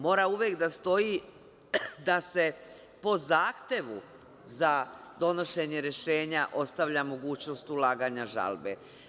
Mora uvek da stoji da se po zahtevu za donošenje rešenja ostavlja mogućnost ulaganja žalbe.